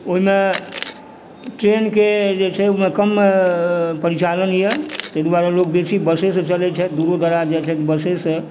ओहिमे ट्रेनके जे छै से ओहिमे कम परिचालन यऽ ताहि दुआरे लोक बेसी बसेसँ चलै छथि दूरो दराज जाइ छथि बसेसँ